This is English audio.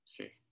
Okay